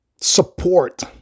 support